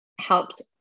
helped